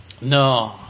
No